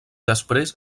després